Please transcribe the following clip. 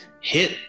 hit